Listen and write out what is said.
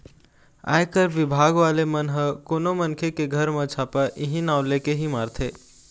आयकर बिभाग वाले मन ह कोनो मनखे के घर म छापा इहीं नांव लेके ही मारथे